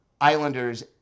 Islanders